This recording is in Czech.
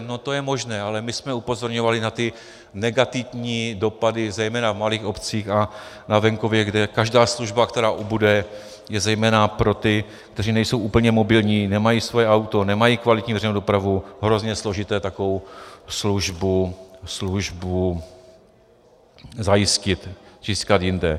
No to je možné, ale my jsme upozorňovali na ty negativní dopady zejména v malých obcích a na venkově, kde každá služba, která ubude, je zejména pro ty, kteří nejsou úplně mobilní, nemají svoje auto, nemají kvalitní veřejnou dopravu, hrozně složité takovou službu zajistit, získat jinde.